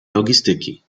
logistyki